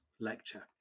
lecture